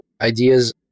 ideas